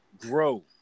grow